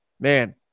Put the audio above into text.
man